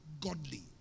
Godly